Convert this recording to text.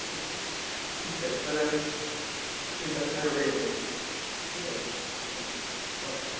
ঠিক আছে ঠিক আছে তাহলে আমি ঠিক আছে আমি তাহলে ওটাই নেবো ঠিক আছে হুম হুম